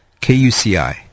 KUCI